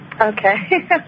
Okay